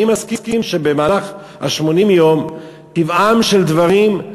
אני מסכים שבמהלך ה-80 יום, טבעם של דברים,